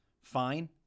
fine